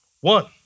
One